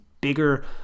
bigger